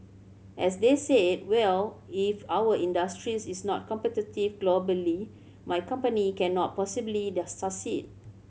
as they said well if our industries is not competitive globally my company cannot possibly their succeed